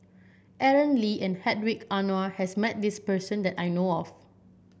Aaron Lee and Hedwig Anuar has met this person that I know of